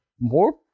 more